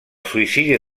suïcidi